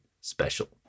special